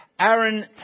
Aaron